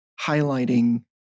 highlighting